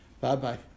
Bye-bye